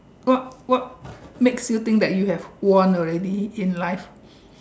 what what makes you think that you have won already in life